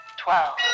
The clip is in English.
twelve